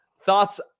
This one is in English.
thoughts